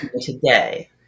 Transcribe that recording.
today